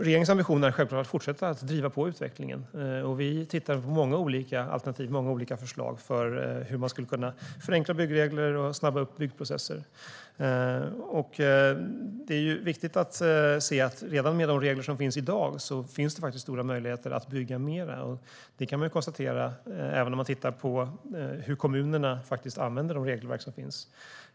Regeringens ambition är självklart att fortsätta att driva på utvecklingen. Vi tittar på många olika förslag på hur man skulle kunna förenkla byggregler och snabba upp byggprocesser. Redan med de regler som finns i dag finns det faktiskt stora möjligheter att bygga mer, även om vi tittar på hur kommunerna faktiskt använder de regelverk som finns.